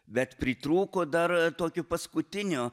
bet pritrūko dar tokio paskutinio